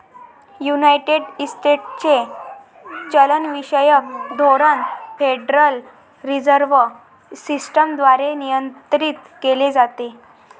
United स्टेट्सचे चलनविषयक धोरण फेडरल रिझर्व्ह सिस्टम द्वारे नियंत्रित केले जाते